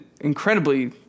incredibly